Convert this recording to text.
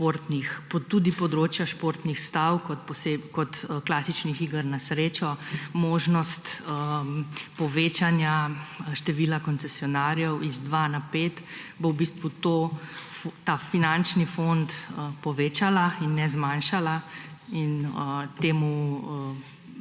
področja športnih stav in klasičnih iger na srečo, možnost povečanja števila koncesionarjev z dveh na pet ta finančni fond povečale in ne zmanjšale. Temu